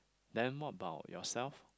then more about yourself